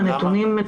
נתונים.